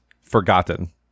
forgotten